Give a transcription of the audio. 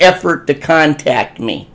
effort to contact me